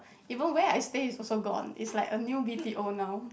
even where I stay is also gone it's like a new B_T_O now